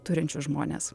turinčius žmones